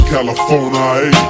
California